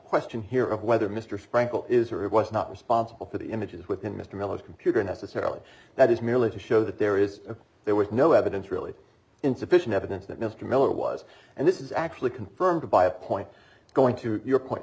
question here of whether mr sprinkle is or was not responsible for the images within mr miller's computer necessarily that is merely to show that there is there was no evidence really insufficient evidence that mr miller was and this is actually confirmed by a point going to your point